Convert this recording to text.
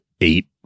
eight